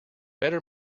better